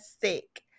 sick